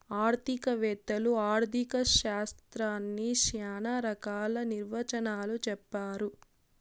ఆర్థిక వేత్తలు ఆర్ధిక శాస్త్రాన్ని శ్యానా రకాల నిర్వచనాలు చెప్పారు